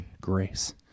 grace